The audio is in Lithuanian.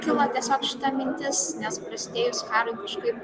kilo tiesiog šita mintis nes prasidėjus karui kažkaip